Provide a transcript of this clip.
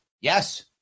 Yes